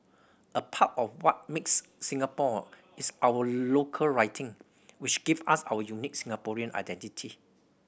a part of what makes Singaporean is our local writing which give us our unique Singaporean identity